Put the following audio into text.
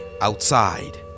outside